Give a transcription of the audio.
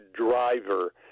driver